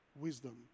wisdom